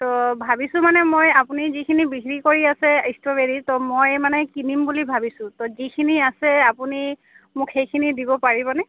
তো ভাবিছোঁ মানে মই আপুনি যিখিনি বিক্ৰী কৰি আছে ষ্ট্ৰবেৰী তো মই মানে কিনিম বুলি ভাবিছোঁ তো যিখিনি আছে আপুনি মোক সেইখিনি দিব পাৰিবনে